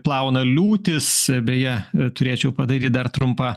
plauna liūtys beje turėčiau padaryt dar trumpą